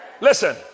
Listen